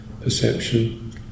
perception